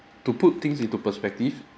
to put things into perspective